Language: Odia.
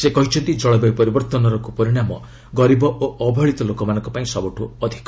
ସେ କହିଛନ୍ତି ଜଳବାୟୁ ପରିବର୍ଭନର କୁପରିଣାମ ଗରିବ ଓ ଅବହେଳିତ ଲୋକମାନଙ୍କ ପାଇଁ ସବୁଠୁ ଅଧିକ